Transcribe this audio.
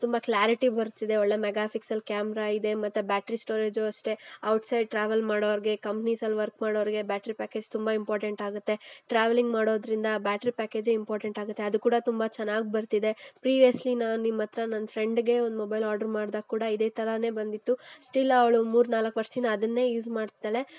ತುಂಬ ಕ್ಲಾರಿಟಿ ಬರ್ತಿದೆ ಒಳ್ಳೆಯ ಮೆಗಾ ಫಿಕ್ಸೆಲ್ ಕ್ಯಾಮ್ರಾ ಇದೆ ಮತ್ತು ಬ್ಯಾಟ್ರಿ ಸ್ಟೋರೇಜು ಅಷ್ಟೇ ಔಟ್ಸೈಡ್ ಟ್ರಾವೆಲ್ ಮಾಡೋರ್ಗೆ ಕಂಪ್ನೀಸಲ್ಲಿ ವರ್ಕ್ ಮಾಡೋರ್ಗೆ ಬ್ಯಾಟ್ರಿ ಪ್ಯಾಕೇಜ್ ತುಂಬ ಇಂಪಾರ್ಟೆಂಟ್ ಆಗತ್ತೆ ಟ್ರಾವೆಲ್ಲಿಂಗ್ ಮಾಡೋದ್ರಿಂದ ಬ್ಯಾಟ್ರಿ ಪ್ಯಾಕೇಜೇ ಇಂಪಾರ್ಟೆಂಟ್ ಆಗತ್ತೆ ಅದು ಕೂಡ ತುಂಬ ಚೆನ್ನಾಗಿ ಬರ್ತಿದೆ ಪ್ರಿವಿಯಸ್ಲಿ ನಾನು ನಿಮ್ಮ ಹತ್ತಿರ ನನ್ನ ಫ್ರೆಂಡ್ಗೆ ಒಂದು ಮೊಬೈಲ್ ಆರ್ಡರ್ ಮಾಡ್ದಾಗ ಕೂಡ ಇದೆ ಥರಾನೇ ಬಂದಿತ್ತು ಸ್ಟಿಲ್ ಅವಳು ಮೂರು ನಾಲ್ಕು ವರ್ಷದಿಂದ ಅದನ್ನೇ ಯೂಸ್ ಮಾಡ್ತಿದ್ದಾಳೆ